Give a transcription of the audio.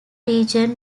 region